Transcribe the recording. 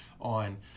on